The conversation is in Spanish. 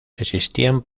existían